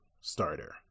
starter